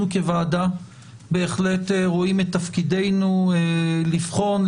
כוועדה בהחלט רואים את תפקידנו לבחון,